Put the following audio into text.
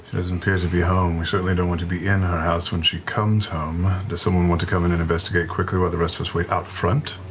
doesn't appear to be home. we certainly don't want to be in her house when she comes home. does someone want to come in and investigate quicker, while the rest of us wait out front?